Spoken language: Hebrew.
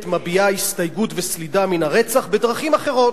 מביעה הסתייגות וסלידה מן הרצח בדרכים אחרות.